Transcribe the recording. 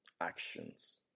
actions